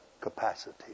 capacity